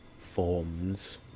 forms